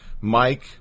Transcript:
Mike